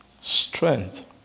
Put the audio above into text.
strength